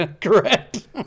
Correct